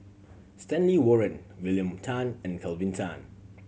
Stanley Warren William Tan and Kelvin Tan